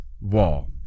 wall